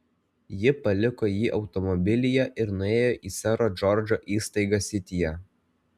ji paliko jį automobilyje ir nuėjo į sero džordžo įstaigą sityje